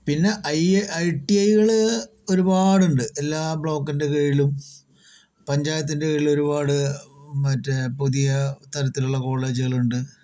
പിന്നെ I I T ഐകള് ഒരുപാടുണ്ട് എല്ലാ ബ്ലോക്കിൻ്റെ കീഴിലും പഞ്ചായത്തിൻ്റെ കീഴില് ഒരുപാട് മറ്റേ പുതിയ തരത്തിലുള്ള കോളേജുകളുണ്ട്